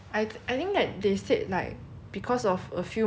then 他们就把她的 account 关掉 lor 因为她都没有用了